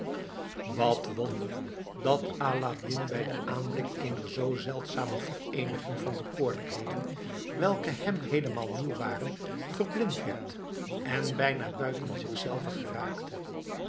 wat wonder dat aladdin bij den aanblik eener zoo zeldzame vereeniging van bekoorlijkheden welke hem heelemaal nieuw waren verblind werd en bijna buiten zichzelven geraakte